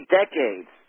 decades